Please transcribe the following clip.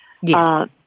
yes